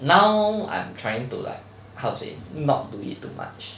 now I'm trying to like how to say not to eat too much